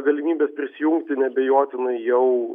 galimybės prisijungti neabejotinai jau